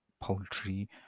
poultry